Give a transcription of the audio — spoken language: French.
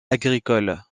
agricoles